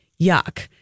yuck